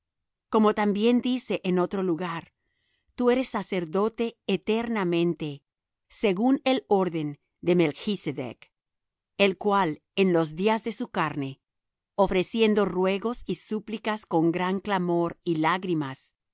como también dice en otro lugar tú eres sacerdote eternamente según el orden de melchsedec el cual en los días de su carne ofreciendo ruegos y súplicas con gran clamor y lágrimas